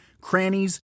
crannies